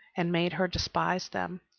and made her despise them,